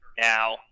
now